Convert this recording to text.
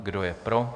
Kdo je pro?